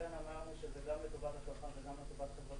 ולכן אמרנו שזה גם לטובת הצרכן וגם לטובת חברות